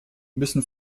müssen